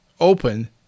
open